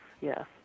Yes